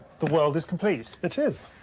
the world is complete. it is.